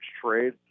trade